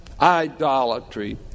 Idolatry